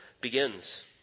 begins